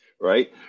right